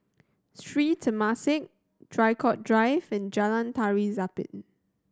Sri Temasek Draycott Drive and Jalan Tari Zapin